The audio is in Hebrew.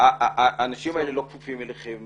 האנשים האלה לא כפופים אליכם